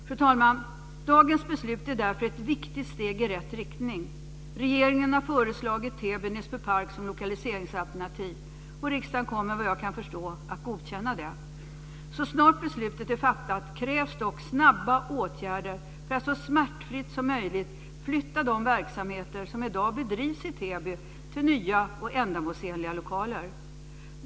Fru talman! Dagens beslut är därför ett viktigt steg i rätt riktning. Regeringen har föreslagit Täby/Näsbypark som lokaliseringsalternativ och riksdagen kommer, vad jag kan förstå, att godkänna det. Så snart beslutet är fattat krävs snabba åtgärder för att så smärtfritt som möjligt flytta de verksamheter som i dag bedrivs i Täby till nya och ändamålsenliga lokaler.